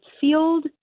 Field